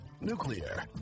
nuclear